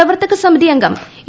പ്രവർത്തക സമിതി അംഗം എ